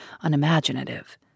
unimaginative